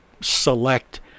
select